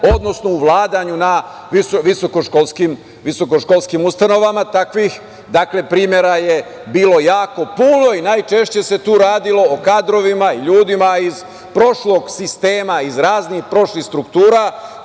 odnosno u vladanju na visokoškolskim ustanovama. Takvih primera je bilo jako puno i najčešće se tu radilo o kadrovima i ljudima iz prošlog sistema, iz raznih prošlih struktura